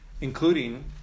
including